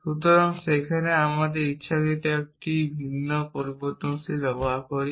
সুতরাং আমি ইচ্ছাকৃতভাবে এখানে একটি ভিন্ন পরিবর্তনশীল ব্যবহার করি